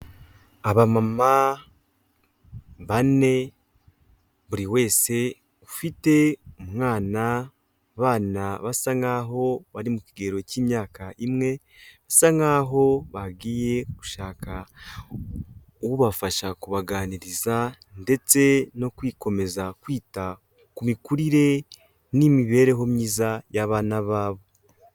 Abamama bane buri wese ufite umwana abana basa nk'aho bari mu kigero cy'imyaka imwe, bisa nk'ho bagiye gushaka ubafasha kubaganiriza ndetse no kwikomeza kwita ku mikurire n'imibereho myiza y'abana babo.